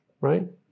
right